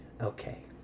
Okay